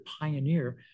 pioneer